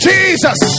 Jesus